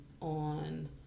on